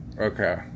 Okay